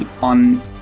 on